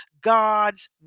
God's